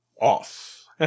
off